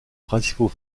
principaux